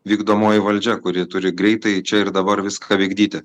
vykdomoji valdžia kuri turi greitai čia ir dabar viską vykdyti